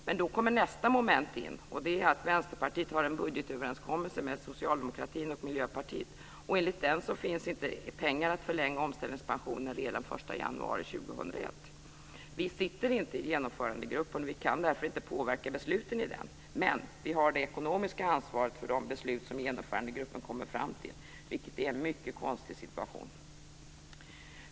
Men då kommer nästa moment in, och det är att Vänsterpartiet har en budgetöverenskommelse med Socialdemokraterna och Miljöpartiet. Enligt den finns det inga pengar att förlänga omställningspensionen redan den 1 januari 2001. Vi sitter inte i Genomförandegruppen och kan därför inte påverka besluten i den. Men vi har det ekonomiska ansvaret för de beslut som Genomförandegruppen kommer fram till, vilket är en mycket konstig situation.